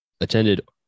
attended